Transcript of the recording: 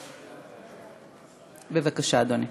בבקשה, אדוני.